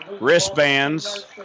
wristbands